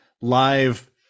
live